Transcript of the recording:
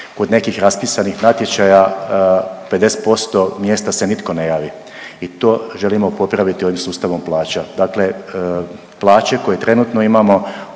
kod nekih raspisanih natječaja 50% mjesta se nitko ne javi i to želimo popraviti ovim sustavom plaća. Dakle, plaće koje trenutno imamo